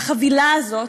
בחבילה הזאת,